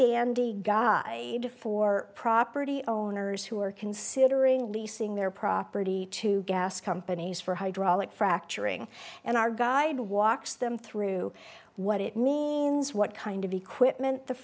dandy guy for property owners who are considering leasing their property to gas companies for hydraulic fracturing and our guide walks them through what it means what kind of equipment the